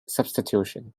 substitution